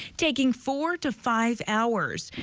taking four to five hours.